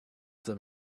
them